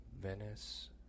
Venice